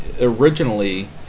originally